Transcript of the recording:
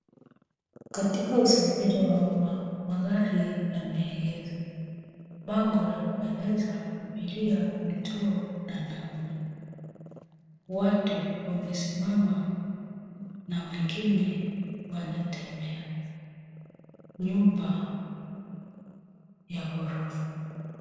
Katika usafiri wa umma, magari yameegeshwa. Bango la kueleza abiria vituo na nauli. Watu wamesimama na wengine wanatembea. Nyumba ya ghorofa.